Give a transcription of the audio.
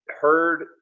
heard